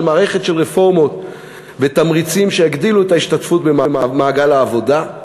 מערכת של רפורמות ותמריצים שיגדילו את ההשתתפות במעגל העבודה,